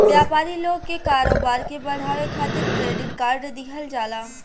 व्यापारी लोग के कारोबार के बढ़ावे खातिर क्रेडिट कार्ड दिहल जाला